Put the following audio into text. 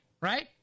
right